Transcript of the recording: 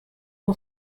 who